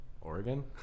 Oregon